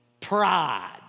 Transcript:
Pride